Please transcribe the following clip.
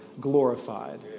glorified